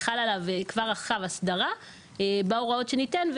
וחלה עליו כבר עכשיו אסדרה בהוראות שניתן,